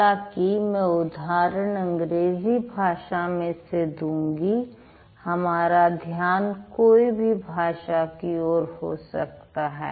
हालांकि मैं उदाहरण अंग्रेजी भाषा में से दूंगी हमारा ध्यान कोई भी भाषा की ओर हो सकता है